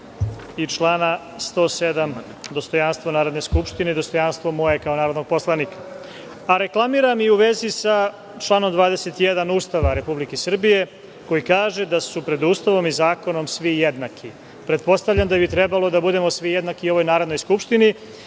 i 107. – dostojanstvo Narodne skupštine i moje dostojanstvo kao narodnog poslanika. Reklamiram i član 27. Ustava Republike Srbije, koji kaže da su pred Ustavom i zakonom svi jednaki. Pretpostavljam da bi trebalo da budemo svi jednaki u ovoj Narodnoj skupštini